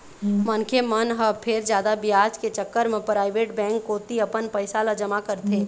मनखे मन ह फेर जादा बियाज के चक्कर म पराइवेट बेंक कोती अपन पइसा ल जमा करथे